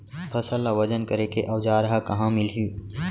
फसल ला वजन करे के औज़ार हा कहाँ मिलही?